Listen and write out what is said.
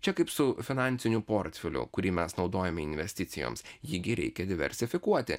čia kaip su finansiniu portfeliu kurį mes naudojame investicijoms jį gi reikia diversifikuoti